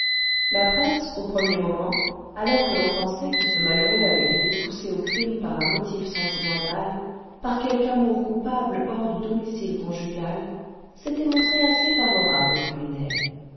la presse au premier moment alors que l'on pensait que ce malheureux avait été poussé au crime par un motif sentimental par quelque amour coupable hors du domicile conjugal s'était montrée assez favorable au criminel